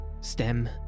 stem